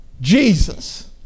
Jesus